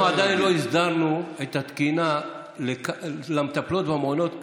אנחנו עדיין לא הסדרנו את התקינה למטפלות במעונות,